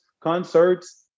concerts